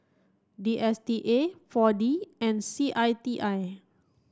D S T A four D and C I T I